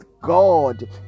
God